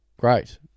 Great